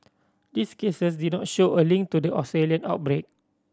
these cases did not show a link to the Australian outbreak